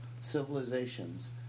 civilizations